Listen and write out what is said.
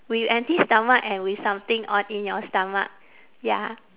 with empty stomach and with something on in your stomach ya